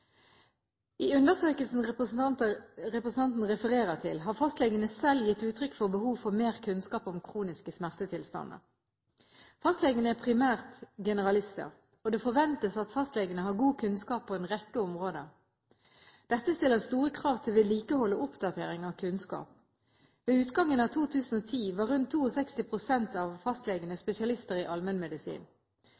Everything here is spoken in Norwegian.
I undersøkelsen representanten refererer til, har fastlegene selv gitt uttrykk for behov for mer kunnskap om kroniske smertetilstander. Fastlegene er primært generalister, og det forventes at fastlegene har god kunnskap på en rekke områder. Dette stiller store krav til vedlikehold og oppdatering av kunnskap. Ved utgangen av 2010 var rundt 62 pst. av